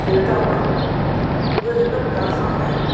खेॾंदा हुआ उहे हिन प्रकार सां आहिनि